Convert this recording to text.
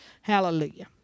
Hallelujah